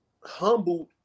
humbled